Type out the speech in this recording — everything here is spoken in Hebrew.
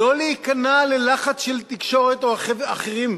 לא להיכנע ללחץ של תקשורת או אחרים,